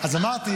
אבל זה מרגש,